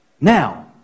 Now